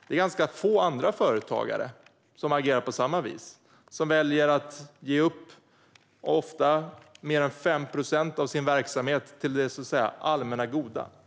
Det är ganska få andra företagare som agerar på samma vis och som väljer att ge upp 5 procent, och ofta mer, av sin verksamhet till det allmänna goda.